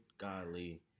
Golly